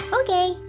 Okay